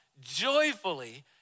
joyfully